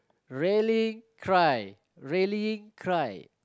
rallying cry rallying cry